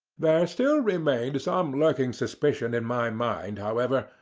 there still remained some um lurking suspicion in my mind, however,